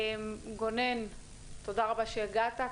גונן, תודה רבה שהגעת.